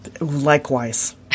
Likewise